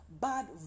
bad